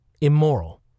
immoral